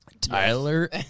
Tyler